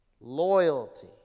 Loyalty